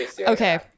Okay